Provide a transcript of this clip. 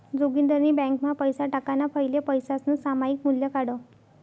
जोगिंदरनी ब्यांकमा पैसा टाकाणा फैले पैसासनं सामायिक मूल्य काढं